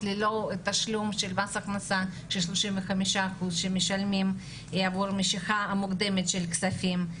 שלהן ללא תשלום של 35% למס הכנסה בגין משיכה מוקדמת של כספים.